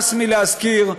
הס מלהזכיר,